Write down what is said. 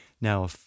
now